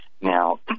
Now